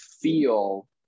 feel